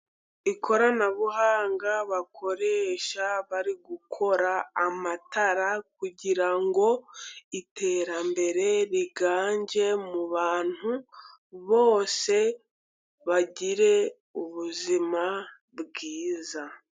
Ikoranabuhanga bakoresha bari gukora amatara, kugirango iterambere riganje mu bantu bose bagire ubuzima bwiza.